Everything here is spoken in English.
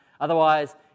Otherwise